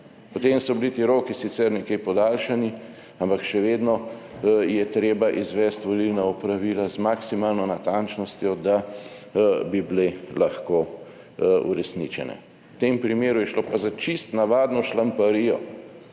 Potem so bili ti roki sicer nekje podaljšani, ampak še vedno je treba izvesti volilna opravila z maksimalno natančnostjo, da bi bile lahko uresničene. V tem primeru je šlo pa za čisto navadno šlamparijo.